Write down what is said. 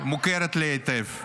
מוכרת לי היטב.